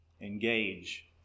engage